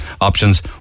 options